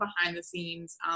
behind-the-scenes